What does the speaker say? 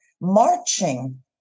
Marching